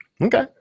Okay